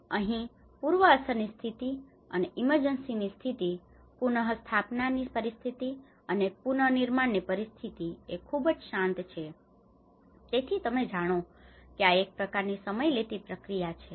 અને અહીં પૂર્વ અસરની સ્થિતિ અને ઈમરજન્સીની સ્થિતિ પુનસ્થાપનાની પરિસ્થિતિ અને પુનર્નિર્માણની પરિસ્થિતિ એ ખૂબ જ શાંત છે તેથી તમે જાણો છો કે આ એક પ્રકારની સમય લેતી પ્રક્રિયા છે